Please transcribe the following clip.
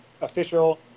official